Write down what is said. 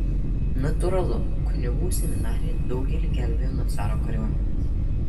natūralu kunigų seminarija daugelį gelbėjo nuo caro kariuomenės